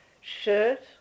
Shirt